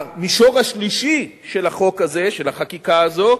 המישור השלישי של החוק הזה, של החקיקה הזאת,